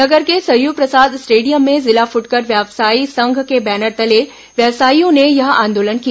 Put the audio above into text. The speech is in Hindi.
नगर के सरयू प्रसाद स्टेडियम में जिला फूटकर व्यवयासी संघ के बैनर तले व्यापारियों ने यह आंदोलन किया